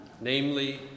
namely